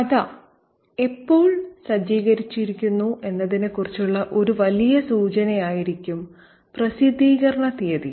കഥ എപ്പോൾ സജ്ജീകരിച്ചിരിക്കുന്നു എന്നതിനെക്കുറിച്ചുള്ള ഒരു വലിയ സൂചനയായിരിക്കും പ്രസിദ്ധീകരണ തീയതിയും